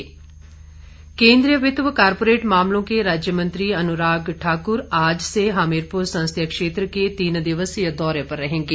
अनुराग ठाकर केंद्रीय वित्त व कॉरपोरेट मामलों के राज्य मंत्री अनुराग ठाकुर आज से हमीरपुर संसदीय क्षेत्र के तीन दिवसीय दौरे रहेंगे